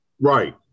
Right